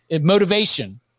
motivation